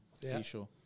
Seashore